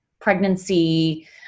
pregnancy